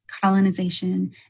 colonization